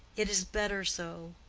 it is better so.